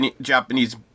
Japanese